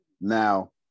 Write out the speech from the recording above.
Now